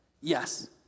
Yes